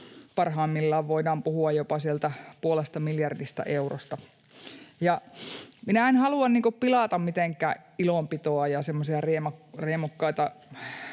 Parhaimmillaan voidaan puhua jopa puolesta miljardista eurosta. En halua mitenkään pilata ilonpitoa ja semmoisia